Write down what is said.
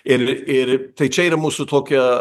ir ir tai čia yra mūsų tokia